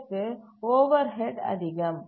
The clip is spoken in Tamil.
இதற்கு ஓவர்ஹெட் அதிகம்